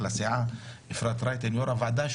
אפרת רייטן, יו"ר הוועדה,